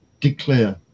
declare